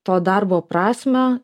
to darbo prasmę